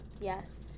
yes